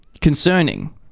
concerning